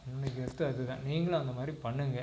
இன்றைக்கி பெஸ்ட்டு அதுதான் நீங்களும் அந்த மாதிரி பண்ணுங்கள்